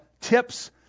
tips